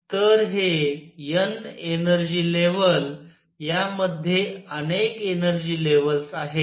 तर हे n energy level या मध्ये अनेक एनर्जी लेव्हल्स आहेत